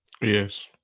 Yes